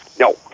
No